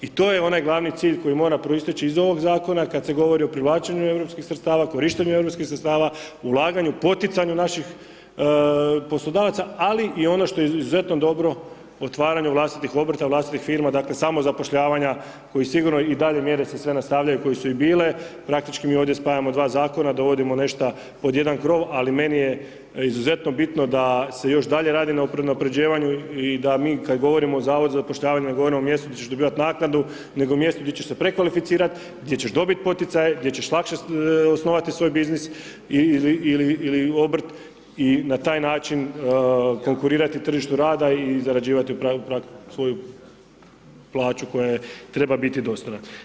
I to je onaj glavni cilj koji mora proisteći iz ovoga Zakona, kad se govori o privlačenju europskih sredstava, korištenju europskih sredstava, ulaganju, poticanju naših poslodavaca, ali i ono što je izuzetno dobro, otvaranju vlastitih obrta, vlastitih firma, dakle samozapošljavanja, koji sigurno i dalje mjere se sve nastavljaju koje su i bile, praktički mi ovdje spajamo dva Zakona, dovodimo nešto pod jedan krov, ali meni je izuzetno bitno da se još dalje radi na unapređivanju i da mi kad govorimo o Zavodu za zapošljavanje, govorimo o mjestu gdje će dobivati naknadu, nego mjestu gdje će se prekvalificirati, gdje ćeš dobit poticaje, gdje ćeš lakše osnovati svoj biznis ili obrt i na taj način konkurirati tržištu rada i zarađivati svoju plaću koja treba biti dostojna.